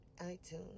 iTunes